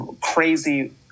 crazy